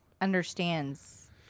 understands